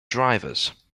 drivers